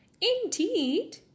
indeed